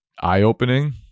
eye-opening